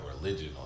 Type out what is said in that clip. religion